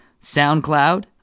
SoundCloud